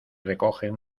recogen